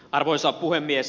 arvoisa puhemies